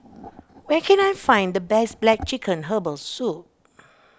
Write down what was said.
where can I find the best Black Chicken Herbal Soup